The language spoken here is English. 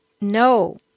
no